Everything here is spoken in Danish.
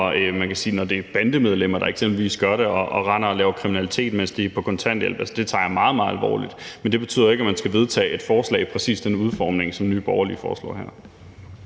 og særlig når det eksempelvis er bandemedlemmer, der gør det, altså render og laver kriminalitet, mens de er på kontanthjælp. Altså, det tager jeg meget, meget alvorligt. Men det betyder ikke, at man skal vedtage et forslag i præcis den udformning, som Nye Borgerlige foreslår her.